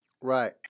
Right